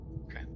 Okay